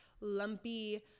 lumpy